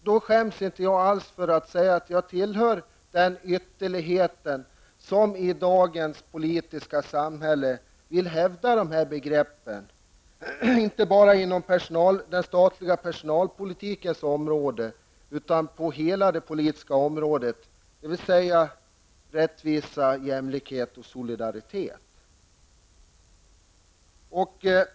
Då skäms inte jag alls för att säga att jag tillhör den ytterligheten som i dagens politiska samhälle vill hävda begreppen rättvisa, jämlikhet och solidaritet, inte bara inom den statliga personalpolitikens område utan på hela det politiska området.